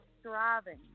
striving